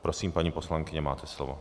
Prosím, paní poslankyně, máte slovo.